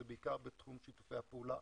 זה בעיקר בתחום שיתופי פעולה